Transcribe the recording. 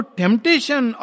temptation